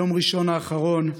ביום ראשון האחרון,